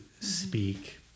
speak